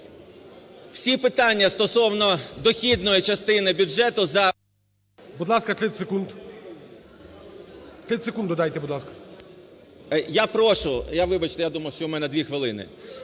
Всі питання стосовно дохідної частини бюджету за… ГОЛОВУЮЧИЙ. Будь ласка, 30 секунд. 30 секунд додайте, будь ласка. СКОРИК М.Л. Я прошу, вибачте, я думав, що в мене дві хвилини.